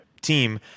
team